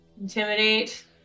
Intimidate